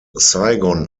saigon